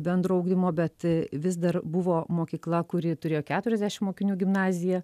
bendro ugdymo bet vis dar buvo mokykla kuri turėjo keturiasdešim mokinių gimnazija